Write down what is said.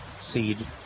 seed